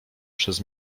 przez